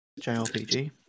JRPG